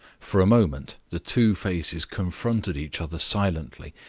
for a moment the two faces confronted each other silently,